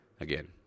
again